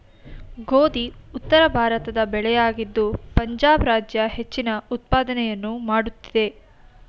ಗೋಧಿ ಉತ್ತರಭಾರತದ ಬೆಳೆಯಾಗಿದ್ದು ಪಂಜಾಬ್ ರಾಜ್ಯ ಹೆಚ್ಚಿನ ಉತ್ಪಾದನೆಯನ್ನು ಮಾಡುತ್ತಿದೆ